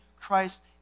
Christ